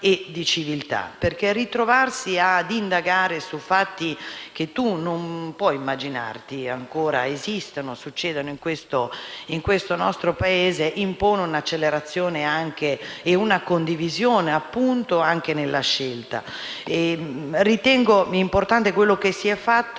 e civiltà, perché ritrovarsi a indagare su fatti che non si può immaginare che ancora esistano nel nostro Paese impone un'accelerazione e una condivisione anche nella scelta. Ritengo importante quello che si è fatto